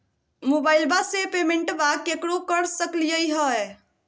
मोबाइलबा से पेमेंटबा केकरो कर सकलिए है?